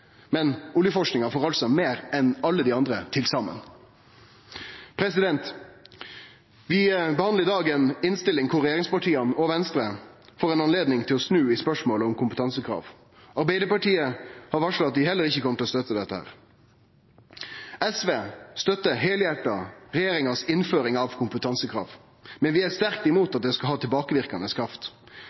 men oljeforskinga får altså meir enn alle dei andre til saman. Vi behandlar i dag ei innstilling der regjeringspartia og Venstre får ei anledning til å snu i spørsmålet om kompetansekrav. Arbeidarpartiet har varsla at dei heller ikkje kjem til å støtte dette. SV støttar heilhjarta regjeringas innføring av kompetansekrav, men vi er sterkt imot at det skal ha tilbakeverkande